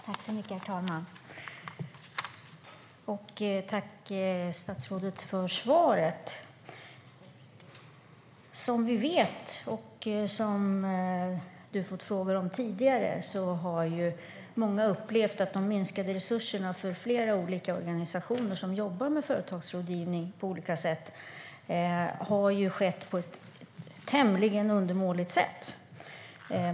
Herr talman! Tack, statsrådet, för svaret! Som vi vet - och som statsrådet har fått frågor om tidigare - har många upplevt att resurserna till flera olika organisationer som på olika sätt jobbar med företagsrådgivning har minskat på ett tämligen undermåligt sätt.